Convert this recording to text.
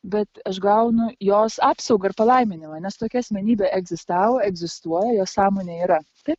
bet aš gaunu jos apsaugą ir palaiminimą nes tokia asmenybė egzistavo egzistuoja jos sąmonė yra taip